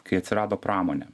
kai atsirado pramonė